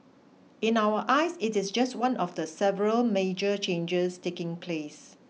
in our eyes it is just one of the several major changes taking place